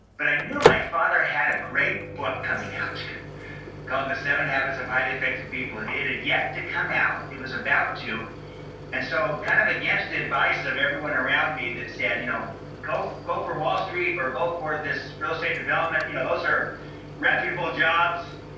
but i knew my father had a great book coming out called, the seven habits of highly effective people. it had yet to come out, it was about to and so kind of against the advice of everyone around me that said, you know go go for wall street or go for this real estate development, you know those are reputable jobs,